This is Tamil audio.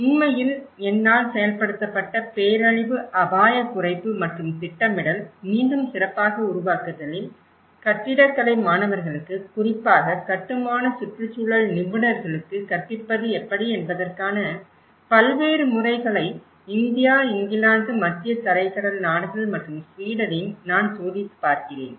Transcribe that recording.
உண்மையில் என்னால் செயல்படுத்தப்பட்ட பேரழிவு அபாயக் குறைப்பு மற்றும் திட்டமிடல் மீண்டும் சிறப்பாக உருவாக்குதலில் கட்டிடக்கலை மாணவர்களுக்கு குறிப்பாக கட்டுமான சுற்றுச்சூழல் நிபுணர்களுக்கு கற்பிப்பது எப்படி என்பதற்கான பல்வேறு முறைகளை இந்தியா இங்கிலாந்து மத்திய தரைக்கடல் நாடுகள் மற்றும் ஸ்வீடனில் நான் சோதித்துப் பார்க்கிறேன்